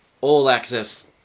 all-access